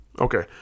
Okay